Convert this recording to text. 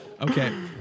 Okay